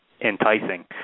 enticing